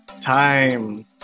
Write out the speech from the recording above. time